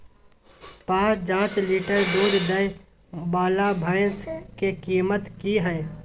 प जॉंच लीटर दूध दैय वाला भैंस के कीमत की हय?